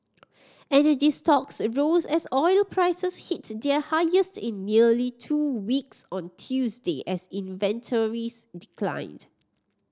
energy stocks rose as oil prices hit their highest in nearly two weeks on Tuesday as inventories declined